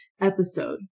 episode